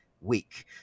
week